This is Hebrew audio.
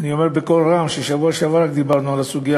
אני אומר בקול רם שרק בשבוע שעבר דיברנו על הסוגיה